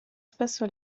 spesso